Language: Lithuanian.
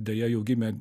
deja jų gimė